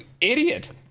idiot